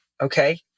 okay